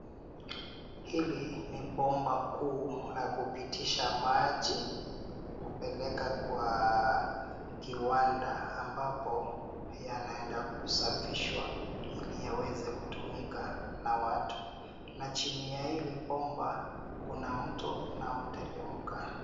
Hili ni bomba kuu la kupitisha maji kupeleka kwa kiwanda ambapo yanaenda kusafishwa ili yaweze kutumika na watu na chini ya hili bomba kuna mto unaoteremka.